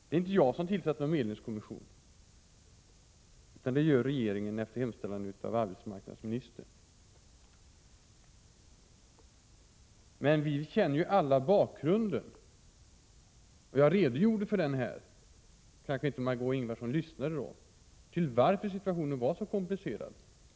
Det är inte jag som tillsätter någon medlingskommission, utan det gör regeringen på hemställan av arbetsmarknadsministern. Men vi känner alla till bakgrunden, och jag redogjorde för den här — Margö Ingvardsson kanske inte lyssnade då — varför situationen var så komplicerad.